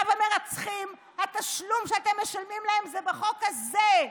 רב-המרצחים, התשלום שאתם משלמים להם הוא בחוק הזה.